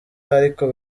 ariko